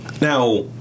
Now